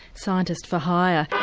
scientist for hire.